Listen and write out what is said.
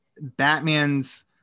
Batman's